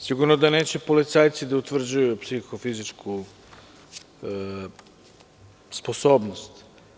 Sigurno da neće policajci da utvrđuju psihofizičku sposobnost.